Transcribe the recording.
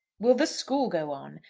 will the school go on?